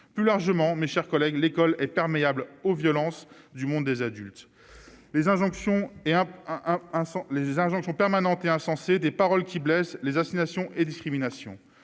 plus largement, mes chers collègues, l'école est perméable aux violences du monde des adultes les injonctions et en en en sont les injonctions permanentes et insensées des paroles qui blessent les assignations et discrimination